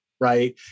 right